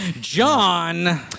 John